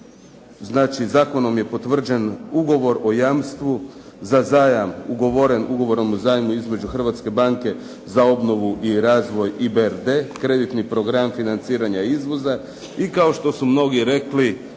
znači zakonom je potvrđen ugovor o jamstvu za zajam ugovoren ugovorom o zajmu između Hrvatske banke za obnovu i razvoj IBRD, kreditni program financiranja izvoza i kao što su mnogi rekli